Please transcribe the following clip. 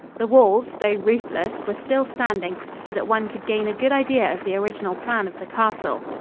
the walls, though roofless, were still standing, so that one could gain a good idea of the original plan of the castle.